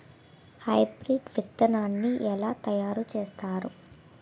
Hybrid విత్తనాన్ని ఏలా తయారు చేస్తారు?